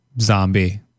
Zombie